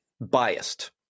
biased